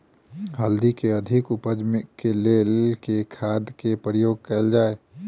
हल्दी केँ अधिक उपज केँ लेल केँ खाद केँ प्रयोग कैल जाय?